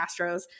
Astros